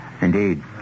Indeed